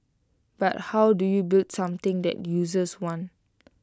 but how do you build something that users want